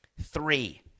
Three